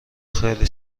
خیلی